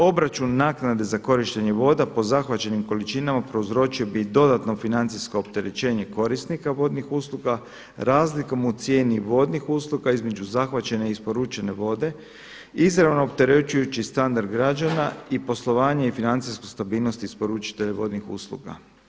Obračun naknade za korištenje voda po zahvaćenim količinama prouzročio bi dodatno financijsko opterećenje korisnika vodnih usluga razlikom u cijeni vodnih usluga između zahvaćene i isporučene vode izravno opterećujući standard građana i poslovanje i financijsku stabilnost isporučitelja vodnih usluga.